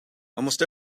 almost